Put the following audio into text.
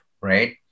right